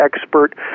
expert